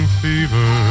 fever